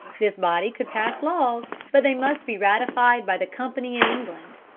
this body could pass laws, but they must be ratified by the company in england.